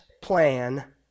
plan